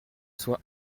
soit